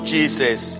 Jesus